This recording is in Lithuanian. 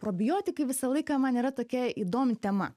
probiotikai visą laiką man yra tokia įdomi tema